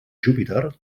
júpiter